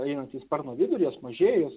einant į sparno vidurį jos mažėja